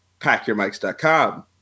packyourmics.com